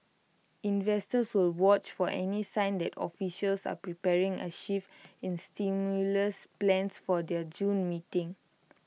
investors will watch for any sign that officials are preparing A shift in stimulus plans for their June meeting